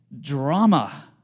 drama